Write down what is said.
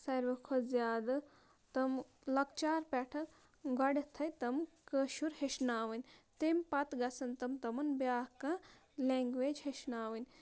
سارویو کھۄتہٕ زیادٕ تِم لۄکچارٕ پٮ۪ٹھٕ گۄڈٮ۪تھٕے تِم کٲشُر ہیٚچھناوٕنۍ تمہِ پَتہٕ گژھن تِم تِمَن بیٛاکھ کانٛہہ لینٛگویج ہیٚچھناوٕنۍ